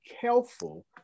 careful